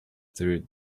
through